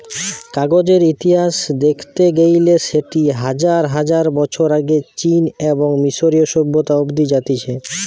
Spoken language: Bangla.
কাগজের ইতিহাস দেখতে গেইলে সেটি হাজার হাজার বছর আগে চীন এবং মিশরীয় সভ্যতা অব্দি জাতিছে